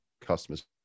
customers